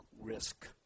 risk